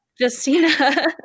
Justina